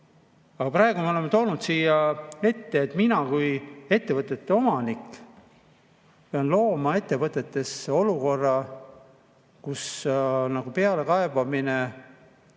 Praegu me oleme toonud siia selle, et mina kui ettevõtete omanik pean looma ettevõttes olukorra, kus pealekaebamine on